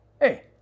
Hey